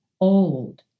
old